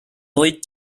lead